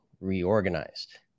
reorganized